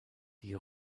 die